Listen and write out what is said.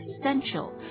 essential